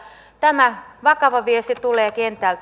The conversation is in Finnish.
tämä vakava viesti tulee kentältä